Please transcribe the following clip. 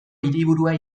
hiriburua